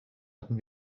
hatten